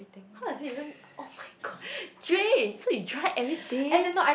how is it even [oh]-my-god Jay so you try everything